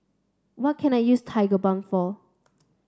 what can I use Tigerbalm for